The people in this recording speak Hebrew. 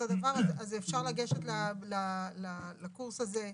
אז אפשר לגשת לקורס הזה?